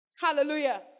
Hallelujah